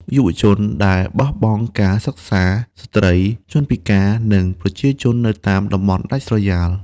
យុវជនដែលបោះបង់ការសិក្សា ស្ត្រី ជនពិការ និងប្រជាជននៅតំបន់ដាច់ស្រយាល។